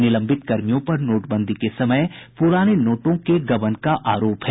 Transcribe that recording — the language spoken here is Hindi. निलंबित कर्मियों पर नोटबंदी के समय पुराने नोटों के गबन का आरोप है